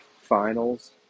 finals